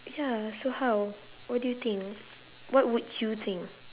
ya so how what do you think what would you think